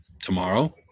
tomorrow